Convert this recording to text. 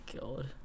god